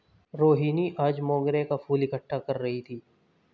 रोहिनी आज मोंगरे का फूल इकट्ठा कर रही थी